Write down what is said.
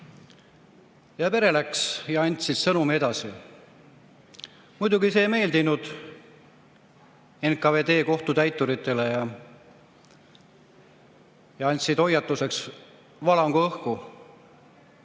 Pere läks ja andis sõnumi edasi. Muidugi ei meeldinud see NKVD kohtutäituritele ja nad andsid hoiatuseks valangu õhku.